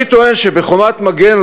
אני טוען שב"חומת מגן",